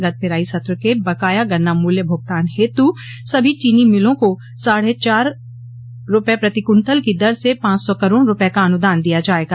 गत पेराई सत्र के बकाया गन्ना मूल्य भुगतान हेतु सभी चीनी मिलों को साढ़े चार रूपये प्रति कुन्टल की दर से पांच सौ करोड़ रूपये का अनुदान दिया जायेगा